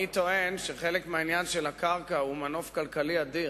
אני טוען שחלק מהעניין של הקרקע הוא מנוף כלכלי אדיר.